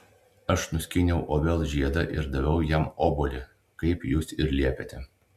aš nuskyniau obels žiedą ir daviau jam obuolį kaip jūs ir liepėte